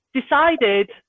decided